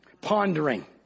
pondering